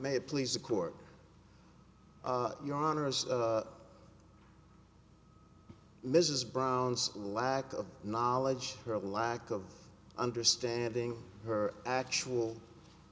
may please the court your honor as mrs brown's lack of knowledge or a lack of understanding her actual